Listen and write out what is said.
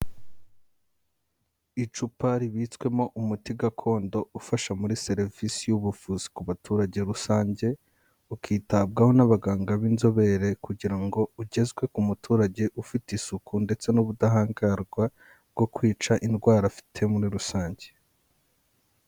Icupa ribitswemo umuti gakondo ufasha muri serivisi y'ubuvuzi ku baturage rusange, ukitabwaho n'abaganga b'inzobere kugira ngo ugezwe ku muturage ufite isuku ndetse n'ubudahangarwa, bwo kwica indwara afite muri rusange.